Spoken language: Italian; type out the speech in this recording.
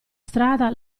strada